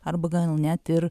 arba gal net ir